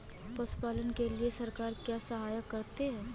पशु पालन के लिए सरकार क्या सहायता करती है?